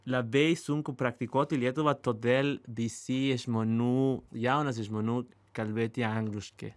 labai sunku praktikuoti lietuvą todėl visi jie žmonių jaunas žmonių kalbėti angliškai